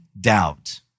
doubt